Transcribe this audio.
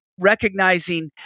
recognizing